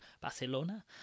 Barcelona